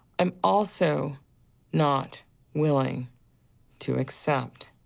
i'm also not willing to accept